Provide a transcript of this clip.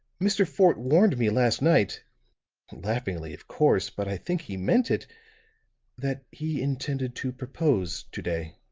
mr. fort warned me last night laughingly, of course, but i think he meant it that he intended to propose to-day.